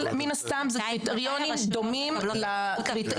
אבל מן הסתם אלה קריטריונים דומים לקריטריונים